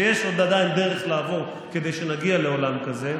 ויש עדיין דרך לעבור כדי שנגיע לעולם כזה,